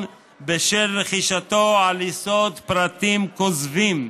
בשל רכישתו על יסוד פרטים כוזבים,